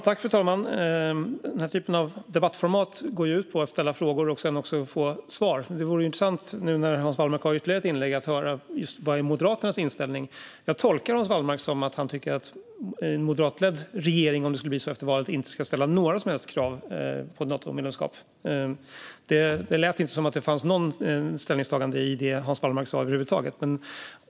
Herr talman! Den här typen av debattformat går ut på att ställa frågor och sedan få svar. Det vore intressant nu när Hans Wallmark har ytterligare ett inlägg att höra vad just Moderaternas inställning är. Jag tolkar Hans Wallmark som att han tycker att en moderatledd regering - om det blir så efter valet - inte ska ställa några som helst krav på Natomedlemskap. Det lät inte som att det fanns något ställningstagande i det Hans Wallmark sa över huvud taget.